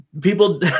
people